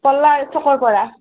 পল্লাৰ চ'কৰ পৰা